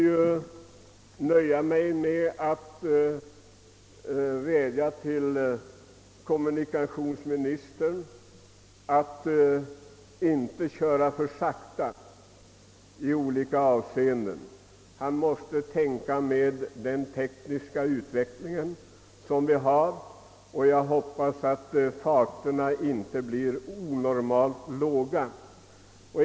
Jag vädjar till kommunikationsministern att han inte begränsar hastigheten alltför mycket. Han måste tänka på den tekniska utveckling som vi har.